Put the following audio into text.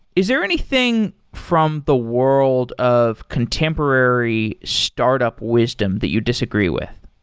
is there anything from the world of contemporary startup wisdom that you disagree with?